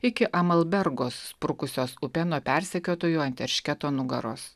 iki amalbergos sprukusios upe nuo persekiotojų ant eršketo nugaros